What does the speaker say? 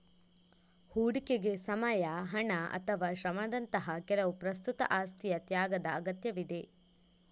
ಹೂಡಿಕೆಗೆ ಸಮಯ, ಹಣ ಅಥವಾ ಶ್ರಮದಂತಹ ಕೆಲವು ಪ್ರಸ್ತುತ ಆಸ್ತಿಯ ತ್ಯಾಗದ ಅಗತ್ಯವಿದೆ